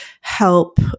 help